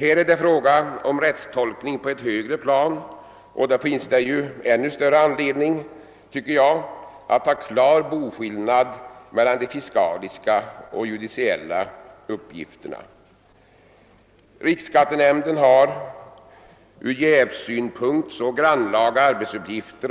Här är det fråga om rättstolkning på ett högre plan, och då finns det ju ännu större anledning att ha klar boskillnad mellan de fiskaliska och judiciella uppgifterna. Riksskattenämnden har ur jävsynpunkt så grannlaga arbetsuppgifter